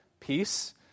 peace